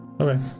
Okay